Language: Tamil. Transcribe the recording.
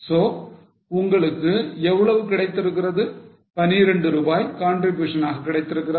So உங்களுக்கு எவ்வளவு கிடைத்திருக்கிறது 12 ரூபாய் contribution னாக கிடைத்திருக்கிறதா